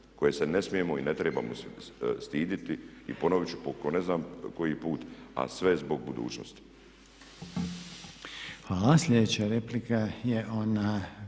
koje se ne smijemo i ne trebamo stiditi. I ponovit ću po ne znam koji put, a sve zbog budućnosti.